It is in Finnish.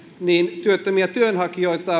niin työttömiä työnhakijoita